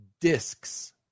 discs